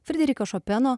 frederiko šopeno